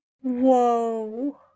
Whoa